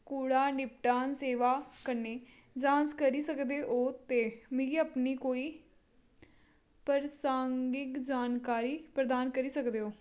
कूड़ा निपटान सेवा कन्नै जांच करी सकदे ओ ते मिगी अपनी कोई प्रासंगिक जानकारी प्रदान करी सकदे ओ